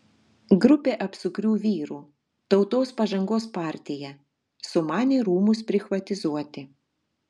grupė apsukrių vyrų tautos pažangos partija sumanė rūmus prichvatizuoti